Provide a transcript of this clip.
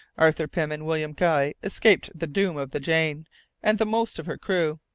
arthur pym and william guy escaped the doom of the jane and the most of her crew.